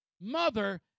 mother